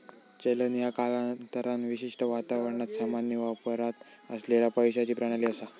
चलन ह्या कालांतरान विशिष्ट वातावरणात सामान्य वापरात असलेला पैशाची प्रणाली असा